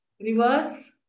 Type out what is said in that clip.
Reverse